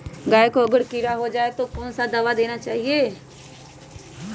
गाय को अगर कीड़ा हो जाय तो कौन सा दवा देना चाहिए?